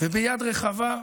ביד רחבה.